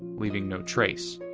leaving no trace.